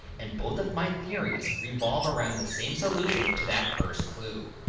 and both of my theories revolve around the same solution to that first clue.